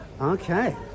Okay